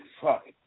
fuck